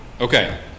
Okay